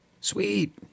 Sweet